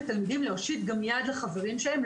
לתלמידים להושיט גם יד לחברים שלהם,